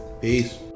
Peace